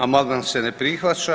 Amandman se ne prihvaća.